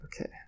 okay